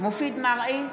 מופיד מרעי,